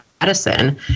medicine